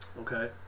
okay